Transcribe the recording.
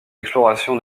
exploration